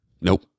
nope